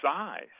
size